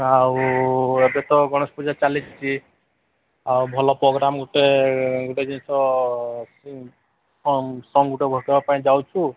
ଆଉ ଏବେ ତ ଗଣେଶ ପୂଜା ଚାଲିଛି ଆଉ ଭଲ ପୋଗ୍ରାମ୍ ଗୁଟେ ଗୁଟେ ଜିନିଷ ସଙ୍ଗ୍ ଗୁଟେ ଘଟେଇବା ପାଇଁ ଯାଉଛୁ